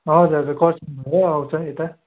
हजुर हजुर खरसाङ भएरै आउँछ यता